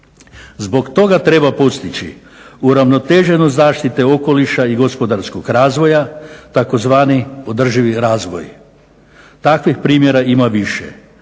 Zbog toga treba postići uravnoteženost zaštite okoliša i gospodarskog razvoja, tzv. Održivi razvoj. Takvih primjera ima više.